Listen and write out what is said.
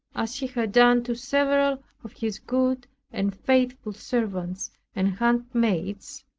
as he had done to several of his good and faithful servants and handmaids,